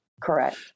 correct